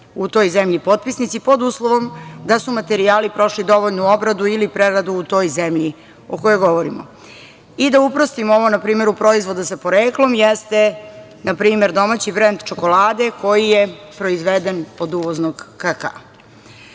u toj zemlji potpisnici, pod uslovom da su materijali prošli dovoljnu obradu ili preradu u toj zemlji o kojoj govorimo. Da uprostimo ovo na primeru proizvoda sa poreklom jeste npr. domaći brend čokolade koji je proizvedene od uvoznog kakaa. Tako